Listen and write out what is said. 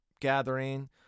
gathering